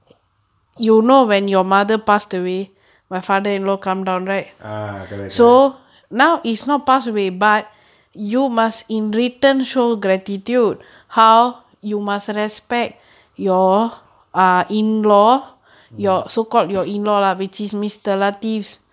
ah corret correct mm